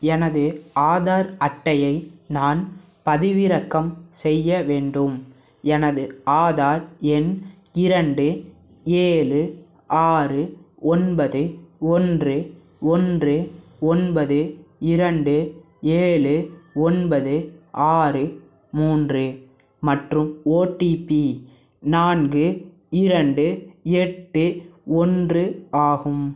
எனது ஆதார் அட்டையை நான் பதிவிறக்கம் செய்ய வேண்டும் எனது ஆதார் எண் இரண்டு ஏழு ஆறு ஒன்பது ஒன்று ஒன்று ஒன்பது இரண்டு ஏழு ஒன்பது ஆறு மூன்று மற்றும் ஓடிபி நான்கு இரண்டு எட்டு ஒன்று ஆகும்